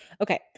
Okay